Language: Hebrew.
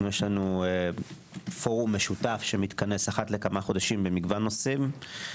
יש לנו פורום משותף שמתכנס אחת לכמה חודשים במגוון נושאים.